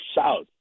south